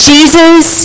Jesus